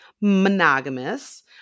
monogamous